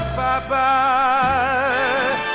bye-bye